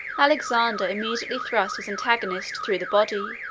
alexander immediately thrust his antagonist through the body.